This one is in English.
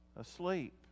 asleep